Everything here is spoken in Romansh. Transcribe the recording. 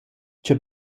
cha